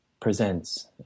Presents